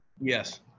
Yes